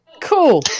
cool